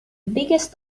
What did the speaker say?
biggest